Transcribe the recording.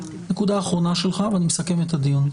נקודה אחרונה שלך ואני מסכם את הדיון,